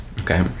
Okay